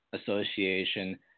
Association